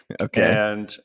okay